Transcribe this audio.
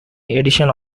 edition